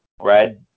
right